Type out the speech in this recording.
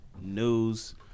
news